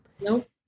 Nope